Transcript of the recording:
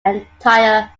entire